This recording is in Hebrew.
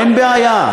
אין בעיה,